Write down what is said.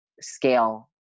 scale